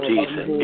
Jesus